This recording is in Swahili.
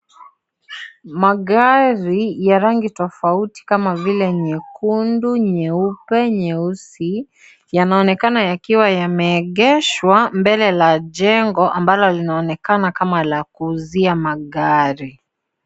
Magari ya rangi tofauti kama vile nyekundu, nyeupe, nyeusi, yanaonekana yakiwa yameegeshwa mbele la jengo, ambalo linaonekana kama la kuuzia magari.